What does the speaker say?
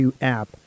app